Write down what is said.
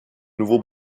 nouveau